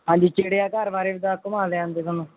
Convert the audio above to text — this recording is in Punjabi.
ਹਾਂਜੀ ਚਿੜੀਆ ਘਰ ਬਾਰੇ ਵੀ ਤਾਂ ਘੁੰਮਾ ਲਿਆਂਉਦੇ ਤੁਹਾਨੂੰ